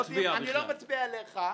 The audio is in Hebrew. זו המטרה.